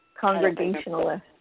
Congregationalist